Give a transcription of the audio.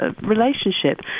relationship